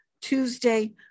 Tuesday